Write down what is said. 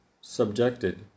subjected